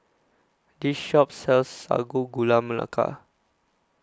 This Shop sells Sago Gula Melaka